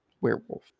werewolf